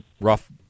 rough